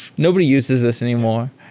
nobody uses this anymore.